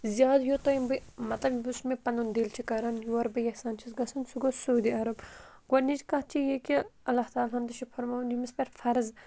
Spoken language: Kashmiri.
زیادٕ یوتانۍ یِم بہٕ مطلب یُس مےٚ پَنُن دِل چھُ کَران یورٕ بہٕ یَژھان چھَس گژھان سُہ گوٚو سعوٗدی عرب گۄڈنِچ کَتھ چھِ یہِ کہِ اللہ تعالیٰ ہَن تہِ چھُ فَرمومُت ییٚمِس پٮ۪ٹھ فرض